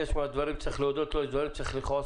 יש דברים שצריך להודות לו ויש דברים שצריך לכעוס.